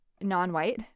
non-white